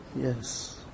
Yes